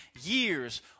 years